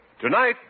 Tonight